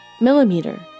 Millimeter